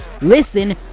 Listen